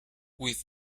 with